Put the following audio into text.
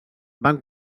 van